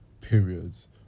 periods